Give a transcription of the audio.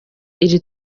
iri